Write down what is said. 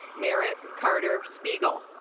merritt carter spiegel